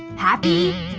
happy?